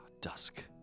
dusk